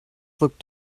looked